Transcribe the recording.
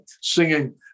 singing